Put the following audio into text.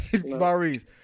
Maurice